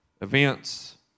events